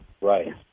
Right